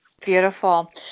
Beautiful